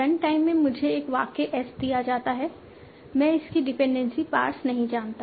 run time में मुझे एक वाक्य S दिया जाता है मैं इसकी डिपेंडेंसी पार्स नहीं जानता